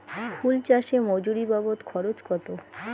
ফুল চাষে মজুরি বাবদ খরচ কত?